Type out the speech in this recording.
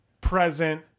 present